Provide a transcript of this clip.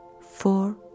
four